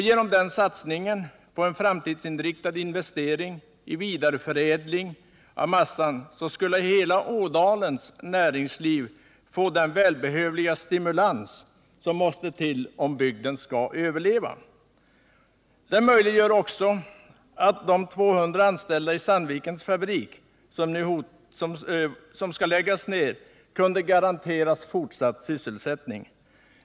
Genom denna satsning på en framtidsinriktad investering i vidareförädling av massan skulle hela Ådaiens näringsliv få den välbehövliga stimulans som måste till, om bygden skall överleva. Den möjliggör också att de 200 anställda i Sandvikens fabrik som skall läggas ner kunde garanteras fortsatt sysselsättning.